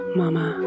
mama